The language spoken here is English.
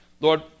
Lord